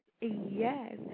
yes